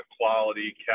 quality